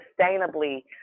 sustainably